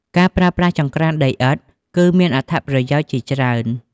ការប្រើប្រាស់ចង្ក្រានដីឥដ្ឋគឺមានអត្ថប្រយោជន៍ជាច្រើន។